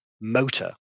motor